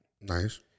Nice